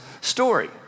story